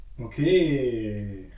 Okay